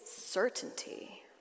certainty